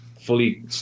fully